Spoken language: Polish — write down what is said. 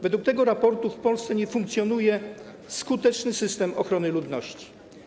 Według tego raportu w Polsce nie funkcjonuje skuteczny system ochrony ludności.